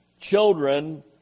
children